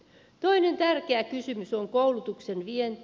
toinen tärkeä kysymys on koulutuksen vienti